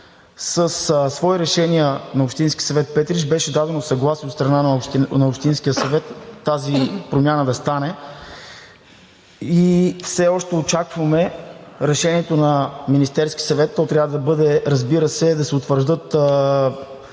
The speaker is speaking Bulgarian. Със свои решения на Общински съвет – Петрич, беше дадено съгласие от страна на Общинския съвет тази промяна да стане и все още очакваме решението на Министерския съвет. Разбира се, с него трябва да се утвърди новият